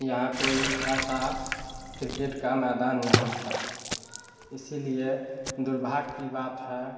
यहाँ कोई ऐसा क्रिकेट का मैदान नहीं है इसीलिए दुर्भाग्य की बात है